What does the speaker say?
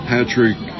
Patrick